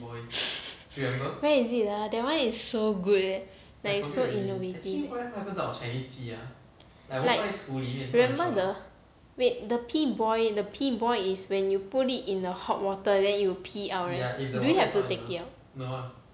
where is it ah that one is so good eh like it's so innovative like remember the wait the pee boy the pee boy is when you put it in a hot water then it will pee out right do we have to take it out